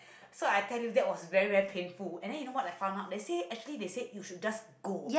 so I tell you that was very very painful and then you know what I found out they say actually they said you should just go